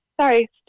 Sorry